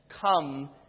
come